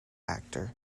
actor